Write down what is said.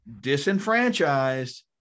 disenfranchised